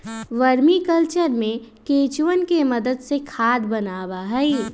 vermi culture में केंचुवन के मदद से खाद बनावा हई